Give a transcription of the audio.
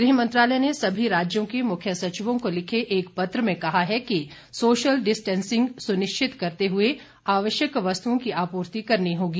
गृह मंत्रालय ने सभी राज्यों के मुख्य सचिवों को लिखे एक पत्र में कहा है कि सोशल डिस्टेंसिंग सुनिश्चित करते हुए आवश्यक वस्तुओं की आपूर्ति करनी होगी